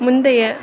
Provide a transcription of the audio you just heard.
முந்தைய